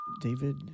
David